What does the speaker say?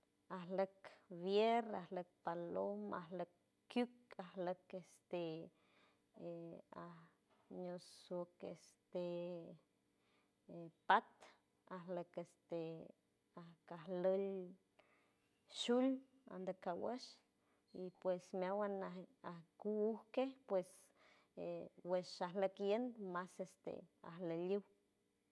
Alec vierra alec paloma alec kiuca alec este ñosecu este pat alec este acalel shul andekawash y pues miaguanal aku ujque pues wesha le quien mas este aleliu